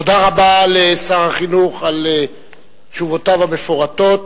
תודה רבה לשר החינוך על תשובותיו המפורטות.